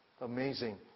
Amazing